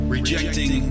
Rejecting